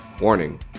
Warning